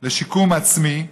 לשיקום עצמי.